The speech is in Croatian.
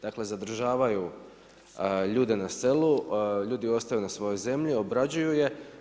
Dakle, zadržavaju ljude na selu, ljudi ostaju na svojoj zemlji, obrađuju je.